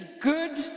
good